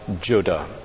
Judah